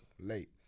late